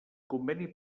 conveni